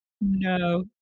No